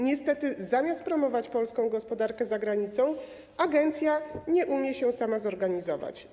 Niestety zamiast promować polską gospodarkę za granicą, agencja nie umie się sama zorganizować.